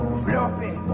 fluffy